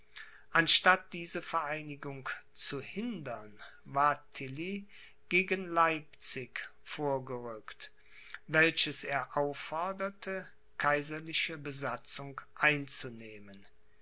anstatt diese vereinigung zu hindern war tilly gegen leipzig vorgerückt welches er aufforderte kaiserliche besatzung einzunehmen